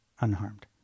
unharmed